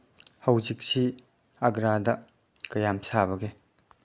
ꯍꯧꯖꯤꯛꯁꯤ ꯑꯒ꯭ꯔꯥꯗ ꯀꯌꯥꯝ ꯁꯥꯕꯒꯦ